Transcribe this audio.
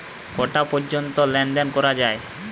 কটা পর্যন্ত লেন দেন করা য়ায়?